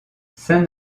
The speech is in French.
saint